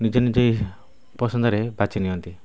ନିଜ ନିଜ ପସନ୍ଦରେ ବାଛି ନିଅନ୍ତି